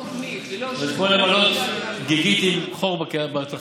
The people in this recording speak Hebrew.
זה כמו למלא גיגית עם חור בתחתית.